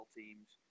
teams